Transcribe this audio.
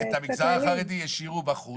את המגזר החרדי השאירו בחוץ.